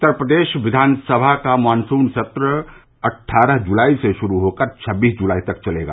उत्तर प्रदेष विधान सभा का मानसून सत्र अठ्ठारह जुलाई से षुरू होकर छब्बीस जुलाई तक चलेगा